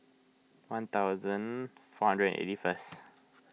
one thousand four hundred and eighty first